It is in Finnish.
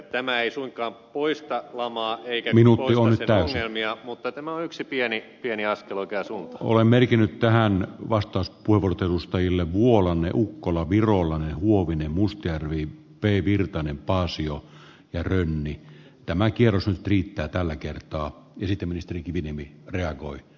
tämä ei suinkaan poista lamaa eikä poista sen ongelmia mutta tämä on yksi pieni askel oikea suunta ole merkinnyt tähän vastaus puhunut edustajille vuolanne kun virolainen huovinen mustjärvi pei virtanen paasio kerran niin tämä kierros riittää tällä kertaa ylitä ministeri oikeaan suuntaan